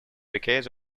decades